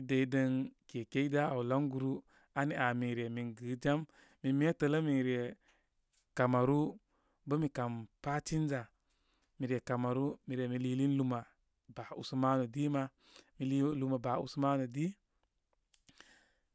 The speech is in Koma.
i dəy dən kekey i dá aw laŋguru. Ani aa min re mɨn gɨ jam. Min metələ min re camaru bə mi kam passenger. Mi re camaru mi re mi liilin luma ba usmanu di ma. Mi lii luma ba usmanu di.